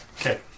Okay